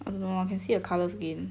I don't I can see the colours again